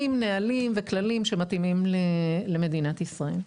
עם נהלים וכללים שמתאימים למדינת ישראל.